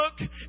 look